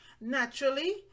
naturally